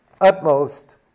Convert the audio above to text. utmost